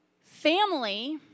family